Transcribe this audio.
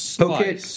okay